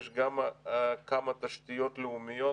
יש גם כמה תשתיות לאומיות